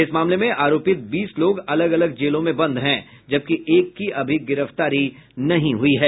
इस मामले में आरोपित बीस लोग अलग अलग जेलों में बंद हैं जबकि एक की अभी गिरफ्तारी नहीं हुई है